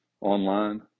online